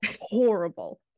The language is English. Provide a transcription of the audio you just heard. horrible